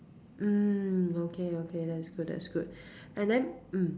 mm okay okay that's good that's good and then mm